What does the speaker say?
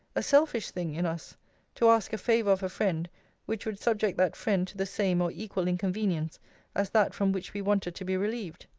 a selfish thing in us to ask a favour of a friend which would subject that friend to the same or equal inconvenience as that from which we wanted to be relieved,